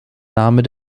namen